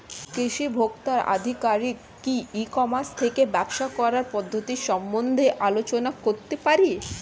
কৃষি ভোক্তা আধিকারিক কি ই কর্মাস থেকে ব্যবসা করার পদ্ধতি সম্বন্ধে আলোচনা করতে পারে?